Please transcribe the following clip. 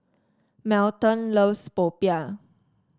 Melton loves popiah